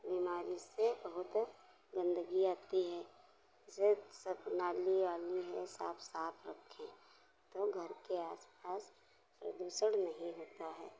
बीमारी से बहुत गंदगी आती है जैसे सब नाली वाली है सब साफ रखें तो घर के आस पास प्रदूषण नहीं होता है